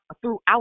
throughout